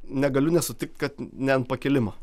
negaliu nesutikt kad ne ant pakilimo